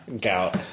Gout